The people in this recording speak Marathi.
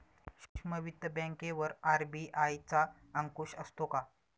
सूक्ष्म वित्त बँकेवर आर.बी.आय चा अंकुश असतो का?